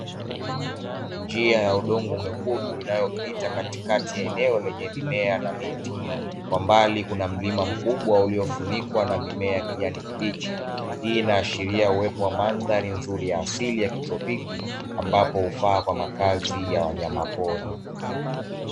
Njia ya udongo mwekundu inayo pita katikati ya eneo lenye mimea na miti, kwa mbali kuna mlima mkubwa uliofunikwa na mimea ya kijani kibichi, hii inaashiria uwepo wa madhari nzuri ya asili ya kitropiki, ambayo hufaa kwa makazi ya wanyama pori.